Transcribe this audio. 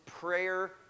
Prayer